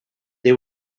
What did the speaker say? they